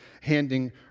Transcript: handing